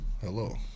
Hello